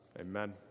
Amen